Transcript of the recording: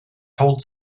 told